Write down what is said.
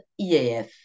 EAF